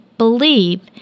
believe